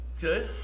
Good